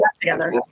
together